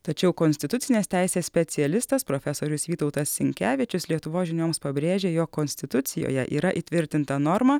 tačiau konstitucinės teisės specialistas profesorius vytautas sinkevičius lietuvos žinioms pabrėžė jog konstitucijoje yra įtvirtinta norma